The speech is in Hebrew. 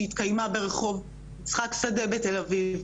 שהתקיימה ברחוב יצחק שדה בתל אביב,